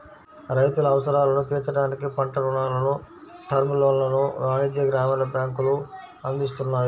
రైతుల అవసరాలను తీర్చడానికి పంట రుణాలను, టర్మ్ లోన్లను వాణిజ్య, గ్రామీణ బ్యాంకులు అందిస్తున్నాయి